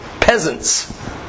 peasants